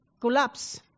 collapse